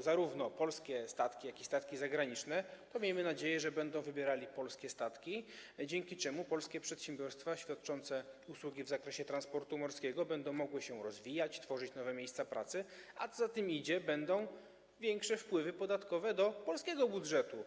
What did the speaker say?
zarówno polskie statki, jak i statki zagraniczne, to miejmy nadzieję, że będą wybierali polskie statki, dzięki czemu polskie przedsiębiorstwa świadczące usługi w zakresie transportu morskiego będą mogły się rozwijać, tworzyć nowe miejsca pracy, a co za tym idzie - będą większe wpływy podatkowe do polskiego budżetu.